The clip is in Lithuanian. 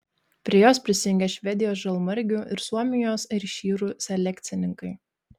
prie jos prisijungė švedijos žalmargių ir suomijos airšyrų selekcininkai